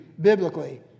biblically